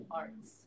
arts